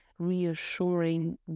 reassuring